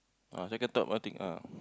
ah second third what thing ah